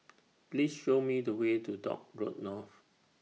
Please Show Me The Way to Dock Road North